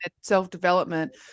self-development